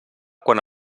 quan